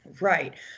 Right